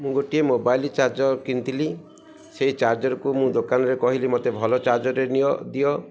ମୁଁ ଗୋଟିଏ mobile charger କିଣିଥିଲି ସେଇ ଚାର୍ଜରକୁ ମୁଁ ଦୋକାନରେ କହିଲି ମୋତେ ଭଲ ଚାର୍ଜରରେ ନିଅ ଦିଅ